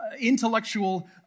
intellectual